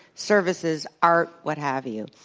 services, art, what have you.